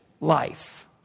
life